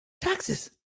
Taxes